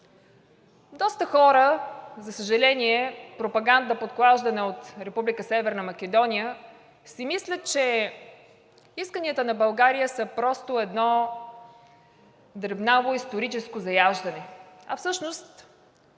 доста хора, за съжаление, пропаганда, подклаждана от Република Северна Македония, си мислят, че исканията на България са просто едно дребнаво историческо заяждане, а всъщност